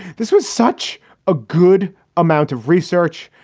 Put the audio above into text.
this was such a good amount of research.